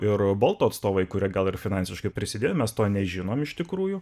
ir bolto atstovai kurie gal ir finansiškai prisidėjo mes to nežinom iš tikrųjų